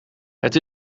het